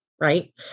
Right